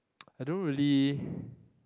I don't really